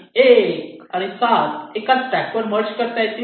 1 आणि 7 एकाच ट्रॅकवर मर्ज करता येतील